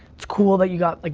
it's cool that you got, like